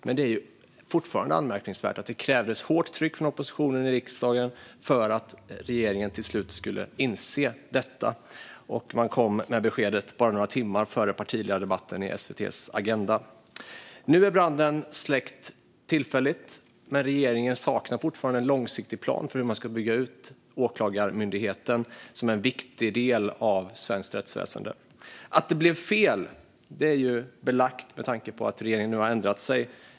Men det är fortfarande anmärkningsvärt att det krävdes ett hårt tryck från oppositionen i riksdagen för att regeringen till slut skulle inse detta, och man kom med beskedet bara några timmar före partiledardebatten i SVT:s Agenda . Nu är branden släckt tillfälligt. Men regeringen saknar fortfarande en långsiktig plan för hur man ska bygga ut Åklagarmyndigheten, som är en viktig del av svenskt rättsväsen. Att det blev fel är belagt med tanke på att regeringen nu har ändrat sig.